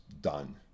done